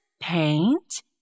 paint